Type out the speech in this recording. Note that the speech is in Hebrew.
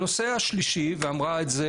הנושא השלישי, ואמרה את זה